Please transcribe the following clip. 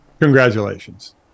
Congratulations